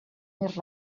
més